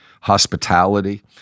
hospitality